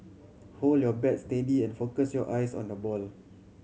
hold your bat steady and focus your eyes on the ball